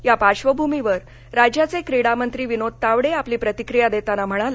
या पार्श्वभूमीवर राज्याचे क्रीडा मंत्री विनोद तावडे आपली प्रतिक्रिया देताना म्हणाले